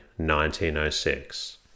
1906